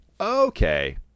okay